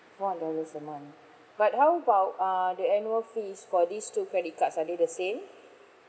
four hundred dollars a month but how about uh the annual fees for these two credit cards are they the same